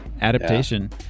adaptation